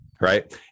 right